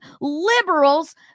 liberals